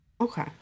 Okay